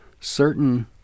certain